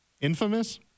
Infamous